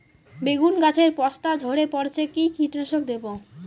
বেগুন গাছের পস্তা ঝরে পড়ছে কি কীটনাশক দেব?